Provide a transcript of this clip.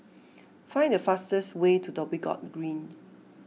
find the fastest way to Dhoby Ghaut Green